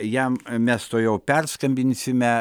jam mes tuojau perskambinsime